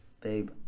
babe